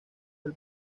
del